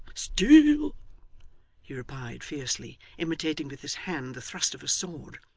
steel he replied fiercely, imitating with his hand the thrust of a sword.